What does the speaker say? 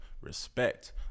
respect